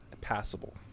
passable